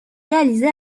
réalisé